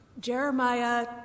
Jeremiah